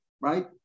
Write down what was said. right